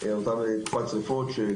דבר שני,